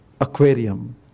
Aquarium